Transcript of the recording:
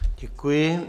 Děkuji.